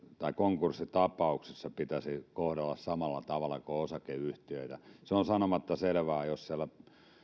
konkurssitapauksissa kohdella samalla tavalla kuin osakeyhtiöitä se on sanomatta selvää että jos siellä